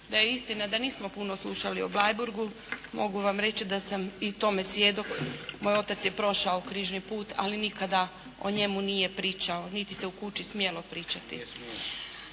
da je istina da nismo puno slušali o Bleiburgu. Mogu vam reći da sam i tome svjedok, moj otac je prošao Križni put ali nikada o njemu nije pričao niti se u kući smjelo pričati.